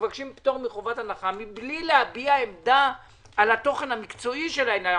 פטור מחובת הנחה בלי להביע עמדה על התוכן המקצועי של העניין.